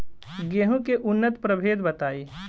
गेंहू के उन्नत प्रभेद बताई?